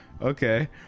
okay